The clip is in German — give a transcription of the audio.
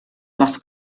was